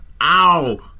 ow